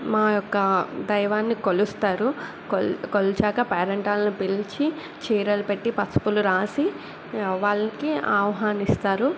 మా యొక్క దైవాన్ని కొలుస్తారు కొలిచాక పేరంటాలని పిలిచి చీరలు పెట్టి పసుపులు రాసి వాళ్ళకి ఆహ్వానిస్తారు